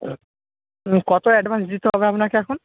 কত অ্যাডভান্স দিতে হবে আপনাকে এখন